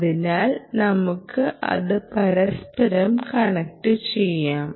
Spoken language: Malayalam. അതിനാൽ നമുക്ക് അത് പരസ്പരം കണക്ട് ചെയ്യാം